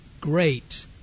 Great